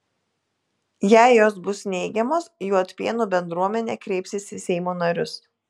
jei jos bus neigiamos juodpėnų bendruomenė kreipsis į seimo narius